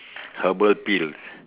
herbal pills